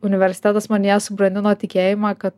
universitetas manyje subrandino tikėjimą kad